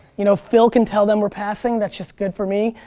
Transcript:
you know, phil can tell them we're passing. that's just good for me.